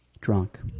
drunk